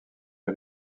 est